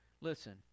Listen